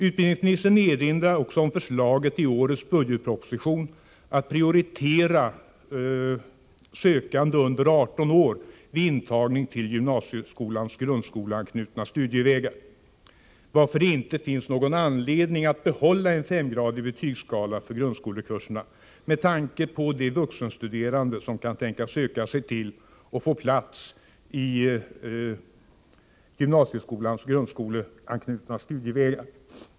Utbildningsministern erinrar också om förslaget i årets budgetproposition att prioritera sökande under 18 år vid intagning till gymnasieskolans grundskoleanknutna studievägar, varför det inte finns någon anledning att behålla en femgradig betygsskala för grundskolekurserna med tanke på de vuxenstuderande som kan tänkas söka sig till och få plats på gymnasieskolans grundskoleanknutna studievägar.